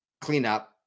Cleanup